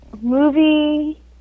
movie